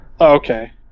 Okay